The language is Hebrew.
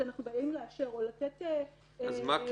כשאנחנו באים לאשר או לתת --- אז מה כן?